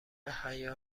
حیا